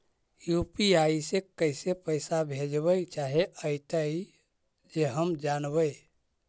UPI से कैसे पैसा भेजबय चाहें अइतय जे हम जानबय?